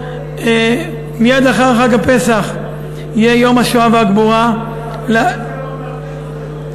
מייד לאחר חג הפסח יהיה יום השואה והגבורה, ודאי.